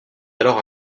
alors